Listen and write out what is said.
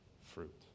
fruit